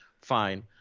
Fine